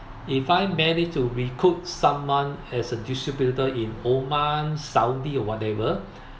if I manage to recruit someone as a distributor in oman saudi or whatever